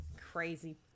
crazy